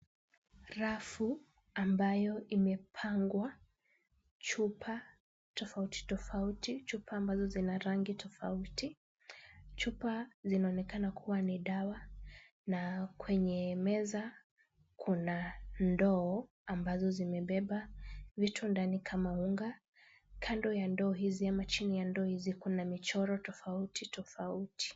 Rafu ambayo imepangwa chupa tofauti tofauti, chupa ambazo zina rangi tofauti, chupa zinaonekana kuwa ni dawa na kwenye meza kuna ndoo ambazo zimebeba vitu ndani kama unga. Kando ya ndoo hizi ama chini ya ndoo hizi kuna michoro tofauti tofauti.